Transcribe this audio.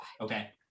Okay